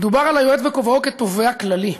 מדובר על היועץ בכובעו כתובע כללי.